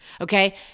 Okay